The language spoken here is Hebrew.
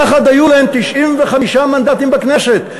יחד היו להם 95 מנדטים בכנסת.